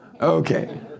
Okay